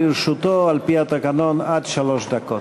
לרשותו, על-פי התקנון, עד שלוש דקות.